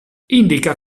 indica